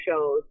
shows